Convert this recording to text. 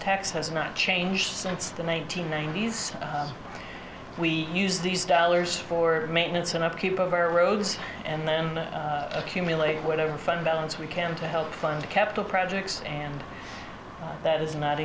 tax has not changed since then maintaining these we use these dollars for maintenance and upkeep of our roads and then accumulate whatever fund balance we can to help fund the capital projects and that is not